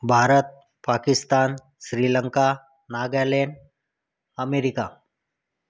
Bharat Pakistan Sri Lanka Nagaland America